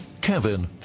kevin